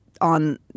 on